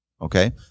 Okay